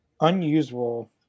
unusual